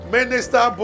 Minister